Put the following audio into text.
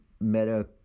meta